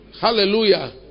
Hallelujah